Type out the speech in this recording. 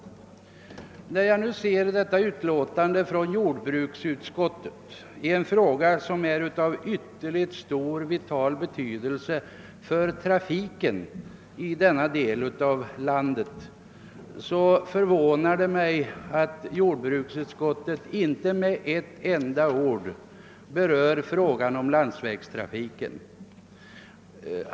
När jag nu ser utlåtandet från jordbruksutskottet i en fråga av ytterligt vital betydelse för trafiken i denna del av landet förvånar det mig att jordbruksutskottet inte med ett enda ord berör landsvägstrafiken.